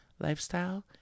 lifestyle